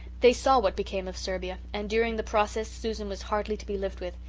they saw what became of serbia, and during the process susan was hardly to be lived with.